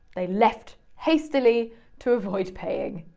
they left hastily to avoid paying.